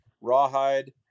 Rawhide